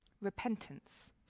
Repentance